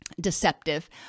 deceptive